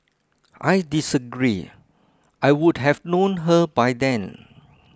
I disagree I would have known her by then